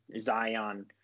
Zion